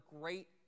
great